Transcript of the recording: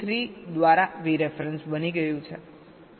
83 દ્વારા V ref બની ગયું છે